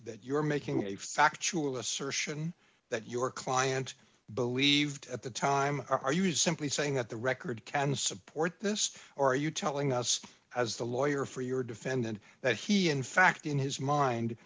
that you're making a factual assertion that your client believed at the time are you simply saying that the record can support this or are you telling us as the lawyer for your defendant that he in fact in his mind